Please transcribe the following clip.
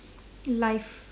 life